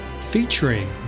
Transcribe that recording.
featuring